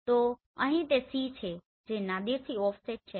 તો અહીં તે C છે જે નાદિરથી ઓફસેટ છે